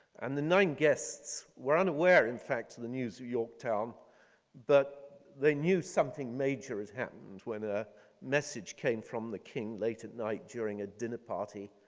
and the nine guests were unaware in fact to the news of yorktown but they knew something major is happening when the ah message came from the king late at night during a dinner party.